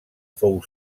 fou